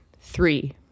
three